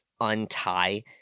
untie